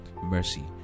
mercy